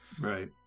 Right